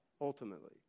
ultimately